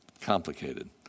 complicated